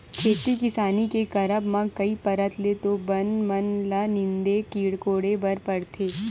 खेती किसानी के करब म कई परत ले तो बन मन ल नींदे कोड़े बर परथे